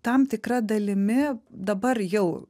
tam tikra dalimi dabar jau